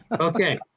Okay